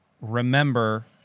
remember